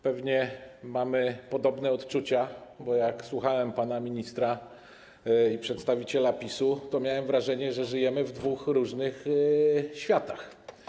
Pewnie mamy podobne odczucia, bo jak słuchałem pana ministra i przedstawiciela PiS-u, to miałem wrażenie, że żyjemy w dwóch różnych światach.